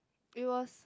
it was